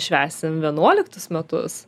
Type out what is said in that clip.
švęsim vienuoliktus metus